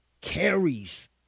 carries